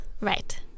right